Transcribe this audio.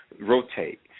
rotate